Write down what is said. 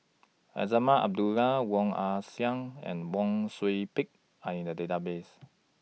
Azman Abdullah Woon Wah Siang and Wang Sui Pick Are in The Database